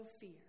fear